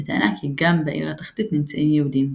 בטענה כי גם בעיר התחתית נמצאים יהודים,